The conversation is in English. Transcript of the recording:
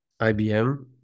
IBM